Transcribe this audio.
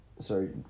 sorry